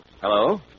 Hello